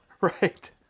Right